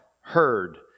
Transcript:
heard